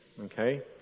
okay